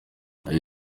ayo